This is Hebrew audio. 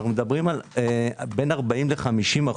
אנו מדברים על בין 40% ל-50%,